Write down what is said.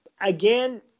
again